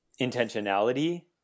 intentionality